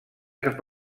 cap